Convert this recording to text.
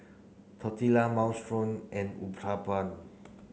Tortilla Minestrone and Uthapam